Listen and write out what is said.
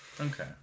Okay